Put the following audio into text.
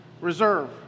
Reserve